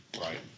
right